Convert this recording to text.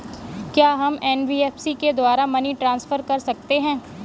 क्या हम एन.बी.एफ.सी के द्वारा मनी ट्रांसफर कर सकते हैं?